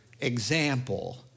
example